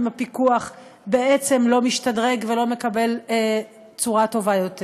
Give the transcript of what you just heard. אם הפיקוח בעצם לא משתדרג ולא מקבל צורה טובה יותר?